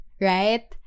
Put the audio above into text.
right